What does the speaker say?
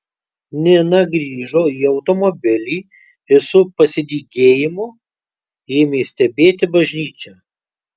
nina grįžo į automobilį ir su pasidygėjimu ėmė stebėti bažnyčią